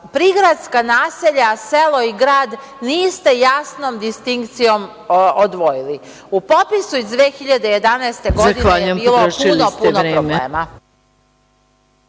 prigradska naselja, selo i grad niste jasnom distinkcijom odvojili. U popisu iz 2011. godine je bilo puno, puno problema.